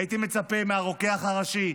הייתי מצפה מהרוקח הראשי,